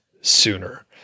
sooner